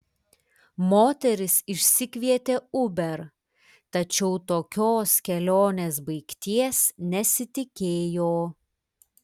moteris išsikvietė uber tačiau tokios kelionės baigties nesitikėjo